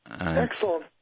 Excellent